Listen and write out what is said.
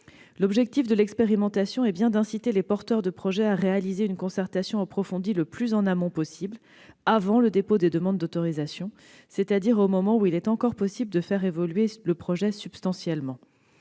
L'objectif de l'expérimentation est bien d'inciter les porteurs de projets à réaliser une concertation approfondie le plus en amont possible, avant le dépôt des demandes d'autorisation, c'est-à-dire au moment où il est encore possible de faire évoluer substantiellement